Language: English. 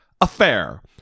Affair